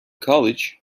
college